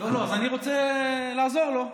לא, לא, אני רוצה לעזור לו.